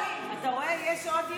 אתה רואה, יש עוד יהודים.